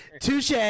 touche